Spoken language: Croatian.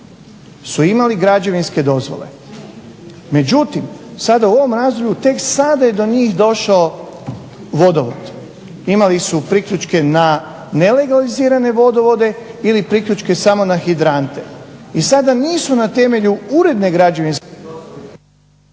su imali građevinske dozvole međutim sada u ovom razdoblju tek sada je do njih došao vodovod. Imali su priključke na nelegalizirane vodovode ili priključke samo na hidrante. I sada nisu na temelju uredne građevinske …/Govornik